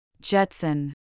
Jetson